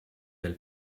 del